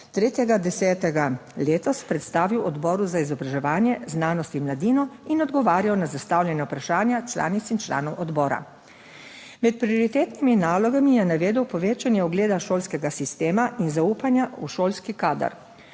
3. 10. letos predstavil Odboru za izobraževanje, znanost in mladino in odgovarjal na zastavljena vprašanja članic in članov odbora. Med prioritetnimi nalogami je navedel povečanje ugleda šolskega sistema in zaupanja v šolski kader.